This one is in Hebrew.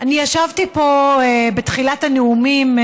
אני ישבתי פה בתחילת הנאומים,